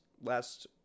last